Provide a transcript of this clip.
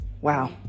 Wow